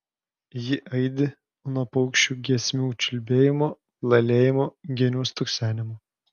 ji aidi nuo paukščių giesmių čiulbėjimo lalėjimo genių stuksenimo